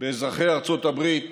באזרחי ארצות הברית